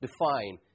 define